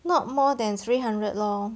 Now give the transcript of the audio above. not more than three hundred lor